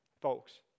folks